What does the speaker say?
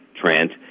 Trent